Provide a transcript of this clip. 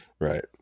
Right